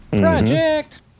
Project